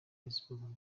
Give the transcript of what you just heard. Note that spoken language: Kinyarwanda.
facebook